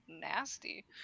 nasty